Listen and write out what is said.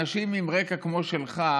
אנשים עם רקע כמו שלך,